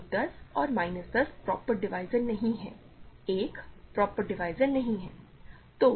तो 10 और minus 10 proper divisor नहीं हैं 1 प्रॉपर डिवीज़र नहीं है